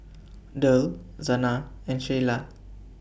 Derl Zana and Sheilah